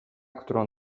którą